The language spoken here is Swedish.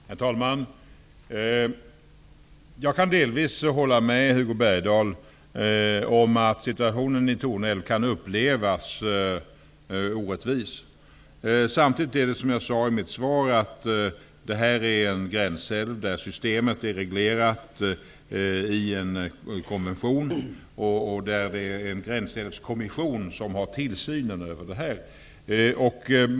Herr talman! Jag kan delvis hålla med Hugo Bergdahl om att situationen vid Torne älv kan upplevas som orättvis. Samtidigt är detta, som jag sade i mitt svar, en gränsälv där systemet är reglerat i en konvention och där en gränsälvskommission har tillsynen.